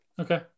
Okay